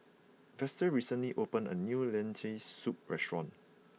Vester recently opened a new Lentil Soup restaurant